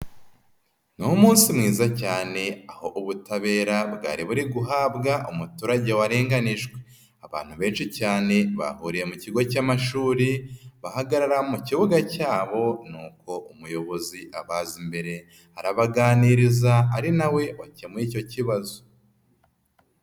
Ni umunsi mwiza cyane aho ubutabera bwari buri guhabwa umuturage warenganijwe. Abantu benshi cyane bahuriye mu kigo cy'amashuri bahagarara mu kibuga cyabo nuko umuyobozi abaza imbere arabaganiriza ari na we wakemuye icyo kibazo.